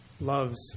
loves